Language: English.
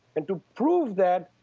and to prove that,